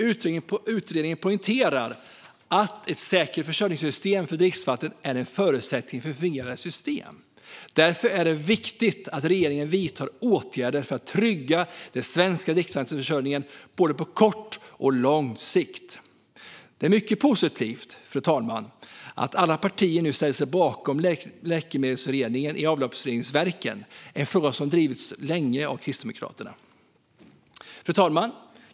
Utredningen poängterar att ett säkert försörjningssystem för dricksvattnet är en förutsättning för ett fungerande samhälle. Därför är det viktigt att regeringen vidtar åtgärder för att trygga den svenska dricksvattenförsörjningen på både kort och lång sikt. Det är mycket positivt, fru talman, att alla partier nu ställer sig bakom läkemedelsrening i avloppsreningsverken, som är en fråga som drivits länge av Kristdemokraterna. Fru talman!